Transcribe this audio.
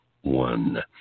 one